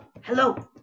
hello